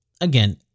Again